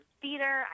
theater